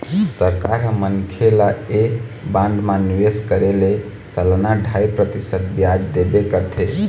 सरकार ह मनखे ल ऐ बांड म निवेश करे ले सलाना ढ़ाई परतिसत बियाज देबे करथे